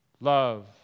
Love